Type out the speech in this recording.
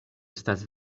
estas